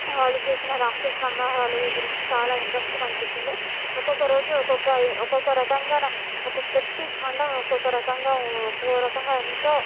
వాళ్ళు చేసిన రాక్షస సంహారాలు గురించి చాలా ఇంట్రెస్ట్గా ఆనిపించింది ఒక్కొక్క రోజు ఒక్కొక్క రకంగా ఒక్కొక్క ప్రతి కాండం ఒక్కొక్క రకంగా ఒక్కొక్క రకంగా ఎంతో